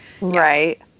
Right